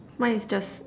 mine is just